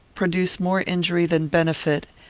produce more injury than benefit,